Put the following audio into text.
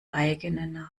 eigene